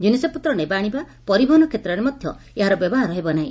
ଜିନିଷପତ୍ର ନେବା ଆଶିବା ପରିବହନ କ୍ଷେତ୍ରରେ ମଧ୍ଧ ଏହାର ବ୍ୟବହାର ହେବ ନାହି